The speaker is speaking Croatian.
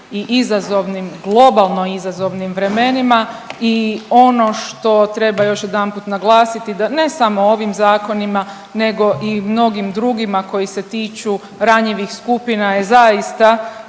globalno izazovnim vremenima i ono što treba još jedanput naglasiti da ne samo ovim zakonima, nego i mnogim drugima koji se tiču ranjivih skupina je zaista